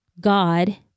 God